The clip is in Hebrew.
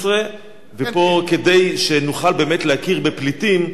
16, ופה, כדי שנוכל באמת להכיר בפליטים,